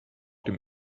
dem